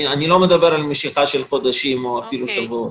אני לא מדבר על משיכה של חודשים או אפילו שבועות.